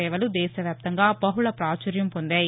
సేవలు దేశ వ్యాప్తంగా బహుక్కపాచుర్యం పొందాయి